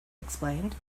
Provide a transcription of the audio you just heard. explained